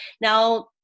Now